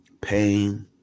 Pain